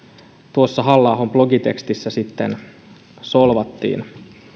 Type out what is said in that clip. tuossa halla ahon blogitekstissä sitten solvattiin